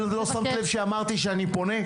אבל לא שמת לב שאמרתי שאני פונה?